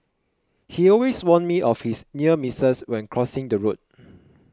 he always warn me of his near misses when crossing the road